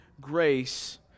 grace